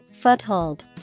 Foothold